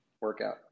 Workout